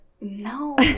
no